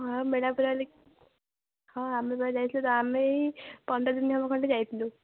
ହଁ ମେଳା ବୁଲାବୁଲି ହଁ ଆମେ ବା ଯାଇଥିଲୁ ତ ଆମେ ଏହି ପନ୍ଦରଦିନ ହେବ ଖଣ୍ଡେ ଯାଇଥିଲୁ